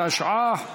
התשע"ח 2017,